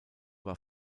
war